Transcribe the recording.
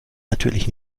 natürlich